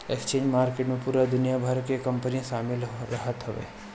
exchange market पूरा दुनिया भर के कंपनी शामिल रहत हवे